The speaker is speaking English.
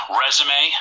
resume